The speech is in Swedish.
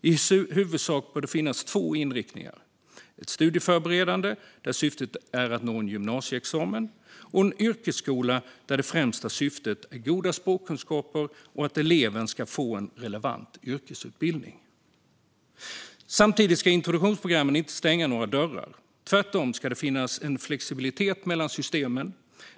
I huvudsak bör det finnas två inriktningar, nämligen ett studieförberedande där syftet är att nå en gymnasieexamen, och en yrkesskola där det främsta syftet är goda språkkunskaper och att eleven ska få en relevant yrkesutbildning. Samtidigt ska introduktionsprogrammen inte stänga några dörrar. Tvärtom ska det finnas en flexibilitet mellan systemen.